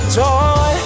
joy